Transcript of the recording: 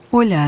Olhar